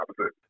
opposite